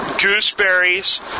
gooseberries